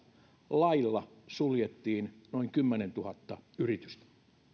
lailla suljettiin noin kymmenentuhatta yritystä